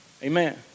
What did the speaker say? Amen